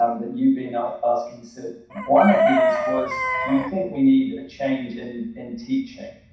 um that you've been ah asking. so one of these was, do you think we need a change in, in teaching?